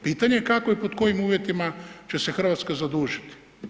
Pitanje je kako i pod kojim uvjetima će se Hrvatska zadužiti.